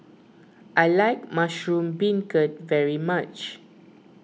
I like Mushroom Beancurd very much